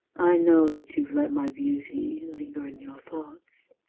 i know that you've let my beauty linger in your thoughts.